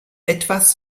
etwas